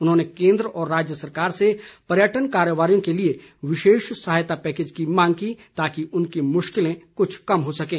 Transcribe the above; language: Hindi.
उन्होंने केन्द्र व राज्य सरकार से पर्यटन कारोबारियों के लिए विशेष सहायता पैकेज की मांग की ताकि उनकी मुश्किलें कुछ कम हो सकें